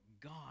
God